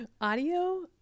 Audio